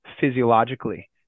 physiologically